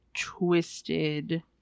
twisted